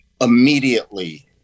immediately